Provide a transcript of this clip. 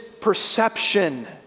perception